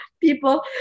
people